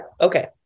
Okay